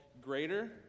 Greater